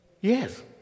Yes